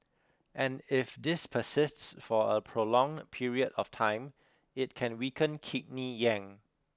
and if this persists for a prolonged period of time it can weaken kidney yang